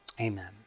Amen